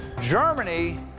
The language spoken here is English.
germany